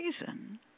reason